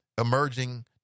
emerging